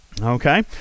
Okay